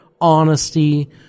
honesty